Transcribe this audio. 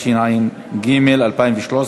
התשע"ג 2013,